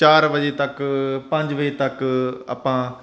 ਚਾਰ ਵਜੇ ਤੱਕ ਪੰਜ ਵਜੇ ਤੱਕ ਆਪਾਂ